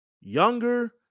younger